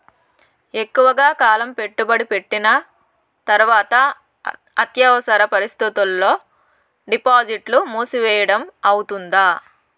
ఎక్కువగా కాలం పెట్టుబడి పెట్టిన తర్వాత అత్యవసర పరిస్థితుల్లో డిపాజిట్లు మూసివేయడం అవుతుందా?